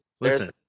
Listen